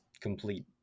complete